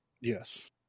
Yes